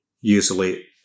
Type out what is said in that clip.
usually